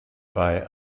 bei